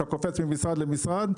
אתה קופץ ממשרד למשרד,